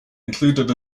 included